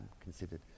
considered